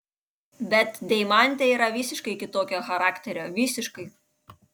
bet deimantė yra visiškai kitokio charakterio visiškai